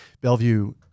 Bellevue